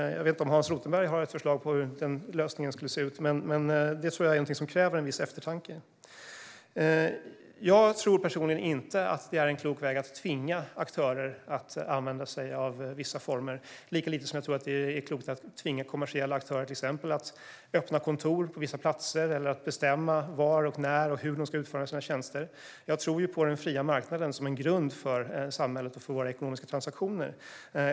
Jag vet inte om Hans Rothenberg har ett förslag på hur den lösningen skulle se ut. Jag tror att det är någonting som kräver viss eftertanke. Jag tror personligen inte att det är en klok väg att tvinga aktörer att använda sig av vissa former, lika lite som jag tror att det är klokt att tvinga kommersiella aktörer att till exempel öppna kontor på vissa platser eller bestämma var, när och hur de ska utföra sina tjänster. Jag tror på den fria marknaden som en grund för samhället och för våra ekonomiska transaktioner.